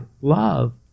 love